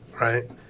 right